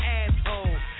asshole